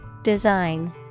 Design